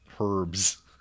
herbs